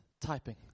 typing